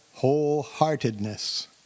wholeheartedness